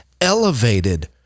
elevated